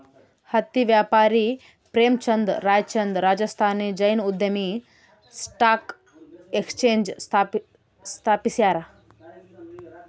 ಹತ್ತಿ ವ್ಯಾಪಾರಿ ಪ್ರೇಮಚಂದ್ ರಾಯ್ಚಂದ್ ರಾಜಸ್ಥಾನಿ ಜೈನ್ ಉದ್ಯಮಿ ಸ್ಟಾಕ್ ಎಕ್ಸ್ಚೇಂಜ್ ಸ್ಥಾಪಿಸ್ಯಾರ